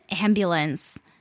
ambulance